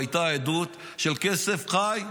והייתה עדות של כסף חי,